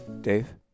Dave